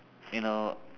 you know